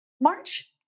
march